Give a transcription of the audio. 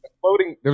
floating